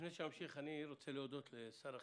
לפני שנמשיך אני רוצה להודות לשר החינוך,